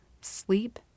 sleep